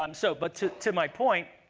um so but to to my point,